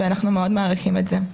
ואנחנו מאוד מעריכים את זה.